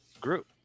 group